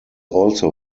also